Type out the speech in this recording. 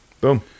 Boom